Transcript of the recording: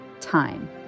Time